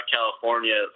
California